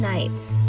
Nights